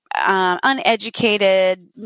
uneducated